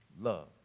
love